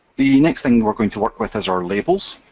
the next thing we're going to work with is our labels.